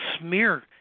smear